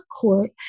court